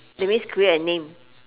that means create a name